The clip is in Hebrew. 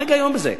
מה ההיגיון בזה?